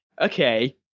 okay